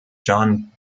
john